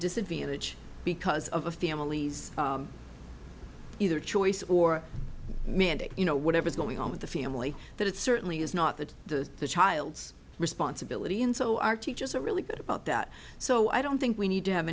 disadvantage because of a family's either choice or mandate you know whatever's going on with the family that it certainly is not the child's responsibility and so our teachers are really good about that so i don't think we need to have